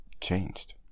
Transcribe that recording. changed